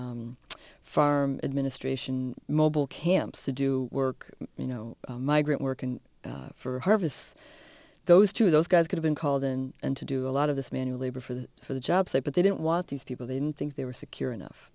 n farm administration mobile camps to do work you know migrant workers for harvest those to those guys could've been called and to do a lot of this manual labor for the for the jobs there but they didn't want these people didn't think they were secure enough